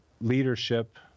leadership